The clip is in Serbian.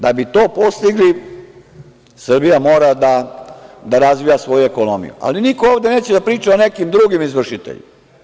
Da bi to postigli Srbija mora da razvija svoju ekonomiju, ali niko ovde neće da priča o nekim drugim izvršiteljima.